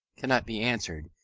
cannot be answered,